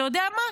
אתה יודע מה,